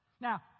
Now